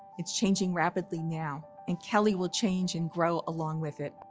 it's changing rapidly now. and kelley will change and grow along with it.